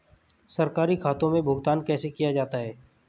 सरकारी खातों में भुगतान कैसे किया जाता है?